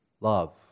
Love